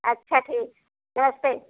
अच्छा ठीक है नमस्ते